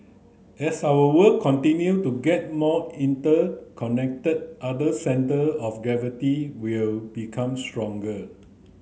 as our world continue to get more interconnected other centre of gravity will become stronger